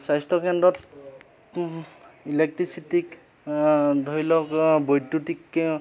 স্বাস্থ্যকেন্দ্ৰত ইলেক্ট্ৰিচিটিক ধৰি লওক বৈদ্যুতিক